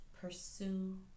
pursue